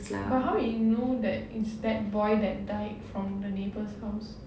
but how he know that it's that boy that died from the neighbor's house